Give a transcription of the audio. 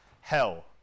hell